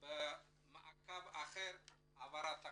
ומעקב אחר העברת הכספים.